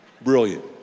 brilliant